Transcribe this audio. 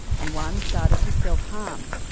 and one started to self-harm.